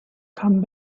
come